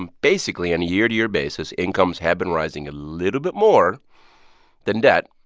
um basically, on a year-to-year basis, incomes have been rising a little bit more than debt.